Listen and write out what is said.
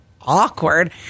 awkward